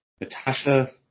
Natasha